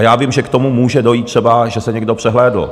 Já vím, že k tomu může dojít třeba, že to někdo přehlédl.